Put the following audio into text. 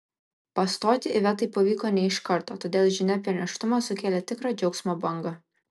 pastoti ivetai pavyko ne iš karto todėl žinia apie nėštumą sukėlė tikrą džiaugsmo bangą